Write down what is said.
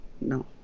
No